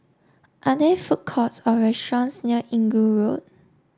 are there food courts or restaurants near Inggu Road